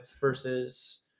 versus